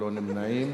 ללא נמנעים.